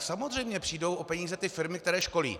Samozřejmě přijdou o peníze ty firmy, které školí.